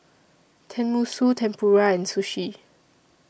Tenmusu Tempura and Sushi